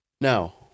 Now